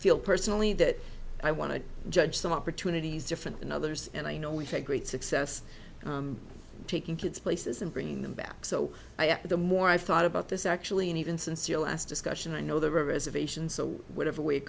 feel personally that i want to judge some opportunities different than others and i you know we've had great success taking kids places and bringing them back so the more i've thought about this actually and even since your last discussion i know the